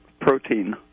protein